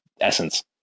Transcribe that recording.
essence